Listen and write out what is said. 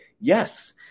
Yes